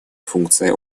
функция